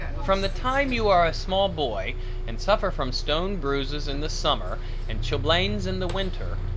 from the time you are a small boy and suffer from stone bruises in the summer and chilblains in the winter,